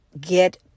get